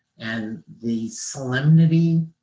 and the solemnity,